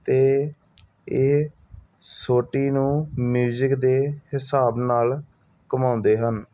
ਅਤੇ ਇਹ ਸੋਟੀ ਨੂੰ ਮਿਊਜਿਕ ਦੇ ਹਿਸਾਬ ਨਾਲ ਘੁਮਾਉਂਦੇ ਹਨ